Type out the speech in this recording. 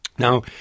Now